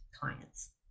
clients